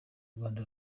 rwanda